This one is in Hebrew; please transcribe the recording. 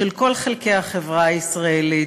של כל חלקי החברה הישראלית,